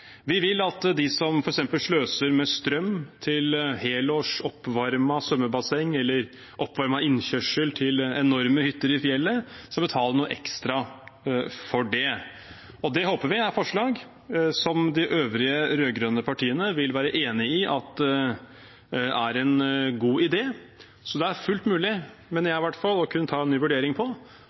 Vi vil at de som f.eks. sløser med strøm til helårs oppvarmet svømmebasseng eller oppvarmet innkjørsel til enorme hytter i fjellet, skal betale noe ekstra for det, og det håper vi er forslag som de øvrige rød-grønne partiene vil være enig i er en god idé. Det er fullt mulig, mener i hvert fall jeg, å ta en ny vurdering